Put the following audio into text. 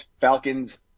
Falcons